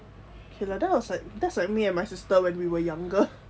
okay lah that's like me and my sister when we were younger